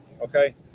Okay